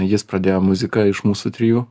jis pradėjo muziką iš mūsų trijų